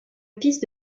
fils